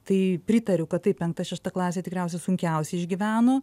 tai pritariu kad tai penkta šešta klasė tikriausiai sunkiausiai išgyveno